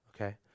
Okay